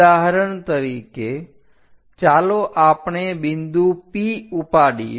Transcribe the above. ઉદાહરણ તરીકે ચાલો આપણે બિંદુ P ઉપાડીએ